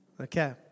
Okay